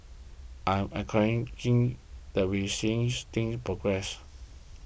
I'm that we're seeing things progress